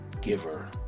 giver